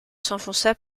s’enfonça